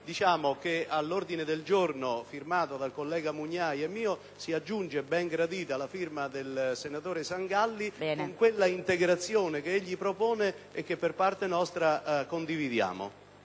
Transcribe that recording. Uffici, all'ordine del giorno firmato dal collega Mugnai e da me si aggiunge ben gradita la firma del senatore Sangalli con l'integrazione che egli propone e che per parte nostra condividiamo.